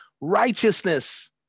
righteousness